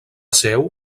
seu